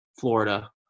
Florida